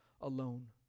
alone